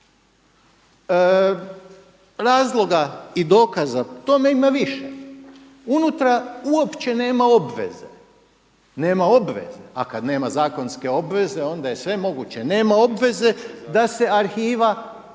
Razloga i dokaza o tome ima više. Unutra uopće nema obveze, a kada nema zakonske obveze onda je sve moguće, nema obveze da se arhiva